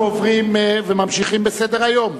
אנחנו עוברים וממשיכים בסדר-היום.